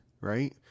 right